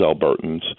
Albertans